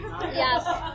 Yes